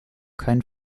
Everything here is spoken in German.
kein